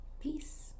Peace